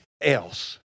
else